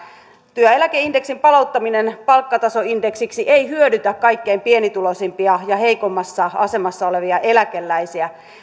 työeläkeindeksin palauttaminen palkkatasoindeksiksi ei hyödytä kaikkein pienituloisimpia ja heikoimmassa asemassa olevia eläkeläisiä